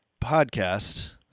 podcast